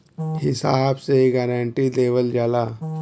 हिसाब से गारंटी देवल जाला